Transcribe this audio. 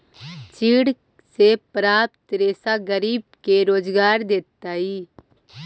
चीड़ से प्राप्त रेशा गरीब के रोजगार देतइ